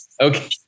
Okay